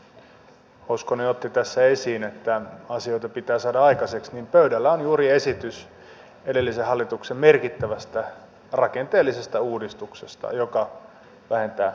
kun hoskonen otti tässä esiin että asioita pitää saada aikaan niin pöydällä on juuri esitys edellisen hallituksen merkittävästä rakenteellisesta uudistuksesta joka vähentää kestävyysvajetta